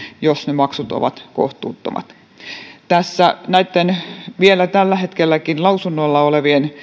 jos ne maksut ovat kohtuuttomat näitten vielä tällä hetkelläkin lausunnolla olevien